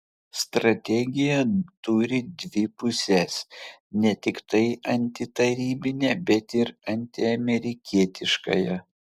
strategija turi dvi puses ne tiktai antitarybinę bet ir antiamerikietiškąją